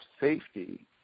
safety